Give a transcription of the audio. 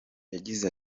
yagize